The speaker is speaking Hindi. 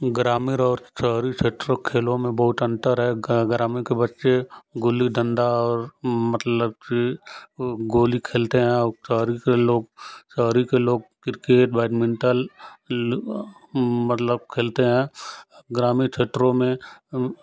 ग्रामीण और शहरी क्षेत्रों खेलों में बहुत अंतर है ग्रामीण के बच्चे गुल्ली डंडा और मतलब कि गोली खेलते हैं औपचारिक लोग शहरी के लोग क्रिकेट बैडमिंटन मतलब खेलते हैं ग्रामीण क्षेत्रों में